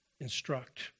instruct